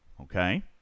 Okay